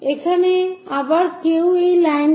এখানে আবার কেউ সেই লাইনটি দেখতে পাবে